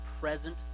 present